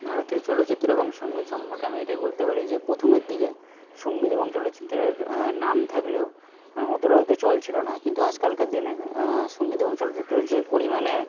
ভারতীয় চলচিত্র এবং সঙ্গীত সম্পর্কে আমি এটাই বলতে পারি যে প্রথমের দিকে সঙ্গীত এবং চলচিত্রের নাম থাকলেও অতটা হয়তো চল ছিল না কিন্তু আজকালকার দিনে সঙ্গীত এবং চলচ্চিত্রে যে পরিমাণে